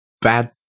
bad